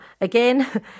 Again